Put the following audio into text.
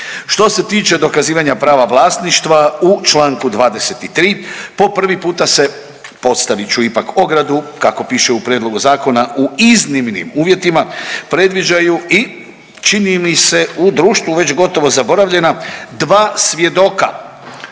Što se tiče dokazivanja prava vlasništva u članku 23. po prvi puta se postavit ću ipak ogradu kako piše u prijedlogu zakona u iznimnim uvjetima predviđaju i čini mi se u društvu već gotovo zaboravljena dva svjedoka.